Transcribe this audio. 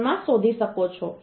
3 માં શોધી શકો છો